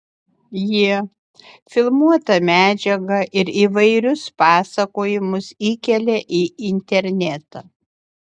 jie filmuotą medžiagą ir įvairius pasakojimus įkelia į internetą